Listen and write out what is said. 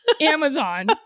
Amazon